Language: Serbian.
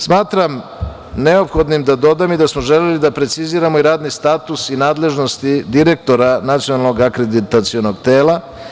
Smatram neophodnim da dodam da smo želeli da preciziramo i radni status i nadležnosti direktora Nacionalnog akreditacionog tela.